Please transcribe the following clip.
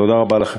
תודה רבה לכם.